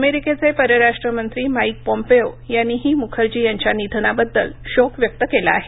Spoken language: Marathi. अमेरिकेचे परराष्ट्र मंत्री माइक पॉम्पेओ यांनीही मुखर्जी यांच्या निधनाबद्दल शोक व्यक्त केला आहे